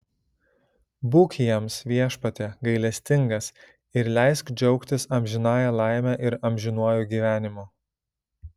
būk jiems viešpatie gailestingas ir leisk džiaugtis amžinąja laime ir amžinuoju gyvenimu